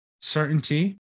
certainty